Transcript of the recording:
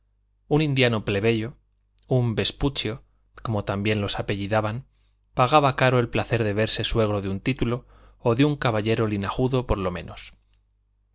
un indiano plebeyo un vespucio como también los apellidaban pagaba caro el placer de verse suegro de un título o de un caballero linajudo por lo menos